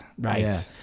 right